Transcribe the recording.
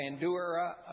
Bandura